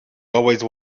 always